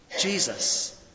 Jesus